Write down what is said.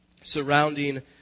surrounding